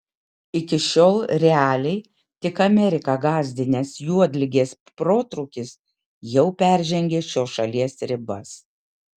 iki šiol realiai tik ameriką gąsdinęs juodligės protrūkis jau peržengė šios šalies ribas